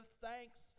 thanks